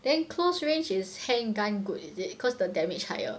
then close range is handgun good is it cause the damage higher